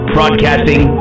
Broadcasting